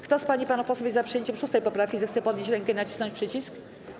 Kto z pań i panów posłów jest za przyjęciem 6. poprawki, zechce podnieść rękę i nacisnąć przycisk.